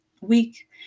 week